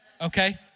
okay